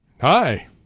Hi